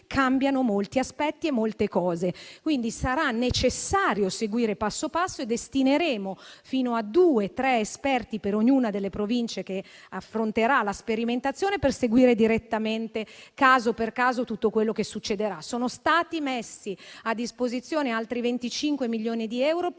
cambiano molti aspetti e molte cose. Sarà necessario seguire da vicino il processo e destineremo fino a due o tre esperti per ognuna delle Province che affronterà la sperimentazione, per seguire direttamente, caso per caso, tutto quello che succederà. Sono stati messi a disposizione altri 25 milioni di euro per